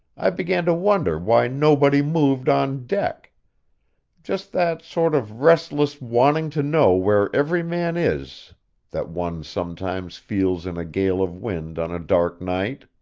i began to wonder why nobody moved on deck just that sort of restless wanting to know where every man is that one sometimes feels in a gale of wind on a dark night.